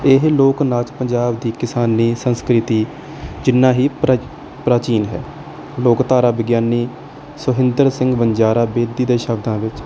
ਇਹ ਲੋਕ ਨਾਚ ਪੰਜਾਬ ਦੀ ਕਿਸਾਨੀ ਸੰਸਕ੍ਰਿਤੀ ਜਿੰਨਾ ਹੀ ਪ੍ਰਾ ਪ੍ਰਾਚੀਨ ਹੈ ਲੋਕਧਾਰਾ ਵਿਗਿਆਨੀ ਸੋਹਿੰਦਰ ਸਿੰਘ ਵਣਜਾਰਾ ਬੇਦੀ ਦੇ ਸ਼ਬਦਾਂ ਵਿੱਚ